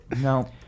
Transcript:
no